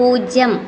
പൂജ്യം